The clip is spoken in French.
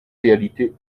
réalité